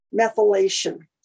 methylation